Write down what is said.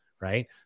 right